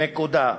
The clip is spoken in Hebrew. נקודה.